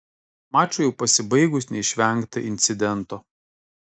mačui jau pasibaigus neišvengta incidento